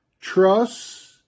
trust